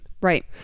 Right